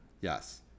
Yes